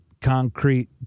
concrete